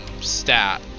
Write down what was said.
stat